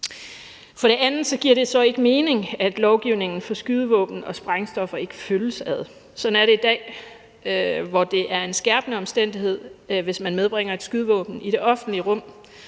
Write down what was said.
Derudover giver det så ikke mening, at lovgivningen for skydevåben og sprængstoffer ikke følges ad. Sådan er det i dag, hvor det er en skærpende omstændighed, hvis man medbringer et skydevåben i det offentlige rum.